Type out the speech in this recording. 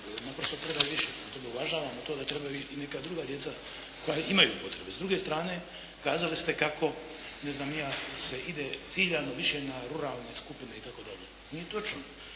naprosto trebaju više. Prema tome uvažavamo to da trebaju i neka druga djeca koja imaju potrebe. S druge strane kazali ste kako ne znam ni ja se ide ciljano više na ruralne skupine itd. Nije točno.